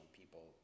people